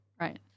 right